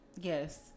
Yes